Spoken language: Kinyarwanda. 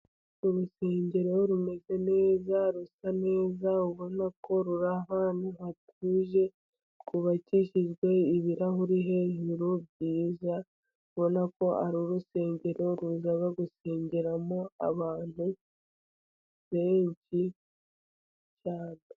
Urusengero rumeze neza rusa neza ubona ko ruri ahantu hatuje rwubakishijwe ibirahuri hejuru byiza. Ubona ko ari urusengero ruza gusengeramo abantu benshi cyane.